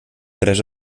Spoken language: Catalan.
tres